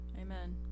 Amen